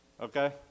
Okay